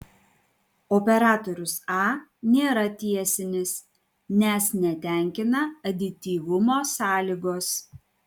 operatorius a nėra tiesinis nes netenkina adityvumo sąlygos